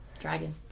dragon